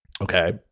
Okay